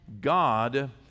God